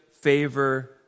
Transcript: favor